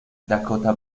dakota